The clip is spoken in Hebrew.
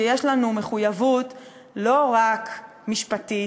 שיש לנו מחויבות לא רק משפטית,